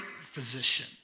physician